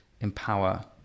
Empower